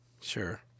Sure